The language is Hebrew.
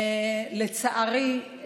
לצערי,